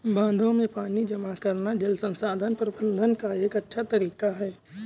बांधों में पानी जमा करना जल संसाधन प्रबंधन का एक अच्छा तरीका है